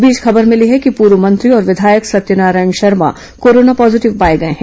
इस बीच खबर मिली है कि पूर्व मंत्री और विधायक सत्यनारायण शर्मा कोरोना पॉजिटिव पाए गए हैं